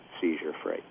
seizure-free